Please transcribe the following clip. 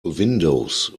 windows